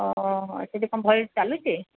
ଓହୋ ଓହୋ ସେଛି କ'ଣ ଭଲ ଚାଲୁଛି